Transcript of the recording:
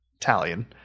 Italian